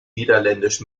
niederländisch